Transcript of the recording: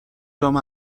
جام